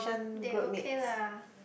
they okay lah